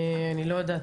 אני לא יודעת,